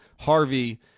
Harvey